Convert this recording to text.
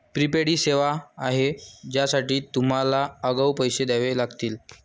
prepaid ही सेवा आहे ज्यासाठी तुम्हाला आगाऊ पैसे द्यावे लागतील